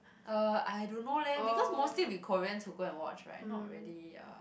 uh I don't know leh because mostly it will be Koreans who go and watch right not really uh